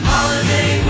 Holiday